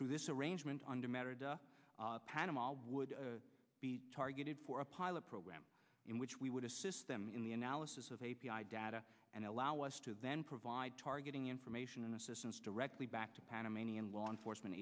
through this arrangement under mattered panama would be targeted for a pilot program in which we would assist them in the analysis of a p i data and allow us to then provide targeting information and assistance directly back to panamanian law enforcement